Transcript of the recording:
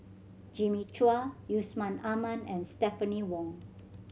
Jimmy Chua Yusman Aman and Stephanie Wong